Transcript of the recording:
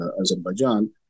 Azerbaijan